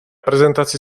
prezentaci